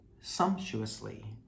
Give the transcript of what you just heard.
sumptuously